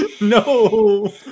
No